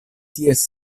ties